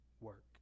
work